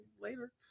later